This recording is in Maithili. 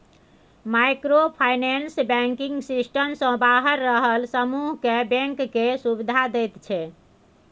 माइक्रो फाइनेंस बैंकिंग सिस्टम सँ बाहर रहल समुह केँ बैंक केर सुविधा दैत छै